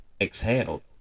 exhaled